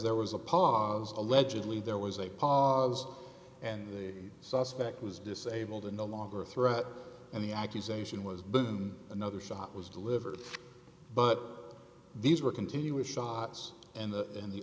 there was a pause allegedly there was a pause and the suspect was disabled in the longer threat and the accusation was boom another shot was delivered but these were continuous shots in the in the